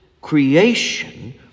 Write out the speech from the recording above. creation